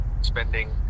spending